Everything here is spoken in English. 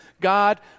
God